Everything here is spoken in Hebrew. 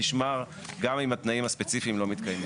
שנמר גם אם התנאים הספציפיים לא מתקיימים.